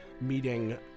meeting